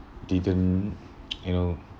didn't you know